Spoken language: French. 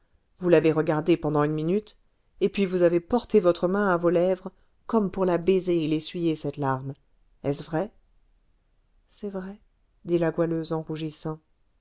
vous l'avez regardée pendant une minute et puis vous avez porté votre main à vos lèvres comme pour la baiser et l'essuyer cette larme est-ce vrai c'est vrai dit la goualeuse en rougissant